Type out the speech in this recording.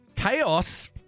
Chaos